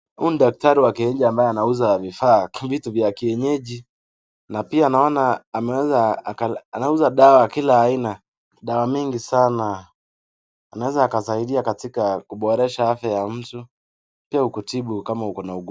Huyu ni daktari wa kienyeji ambaye anauza vifaa, vitu vya kienyeji. Na pia naona ameweza anauza dawa kila aina. Dawa mingi sana. Anaweza akasaidia katika kuboresha afya ya mtu. Pia kukutibu kama uko na ugonjwa.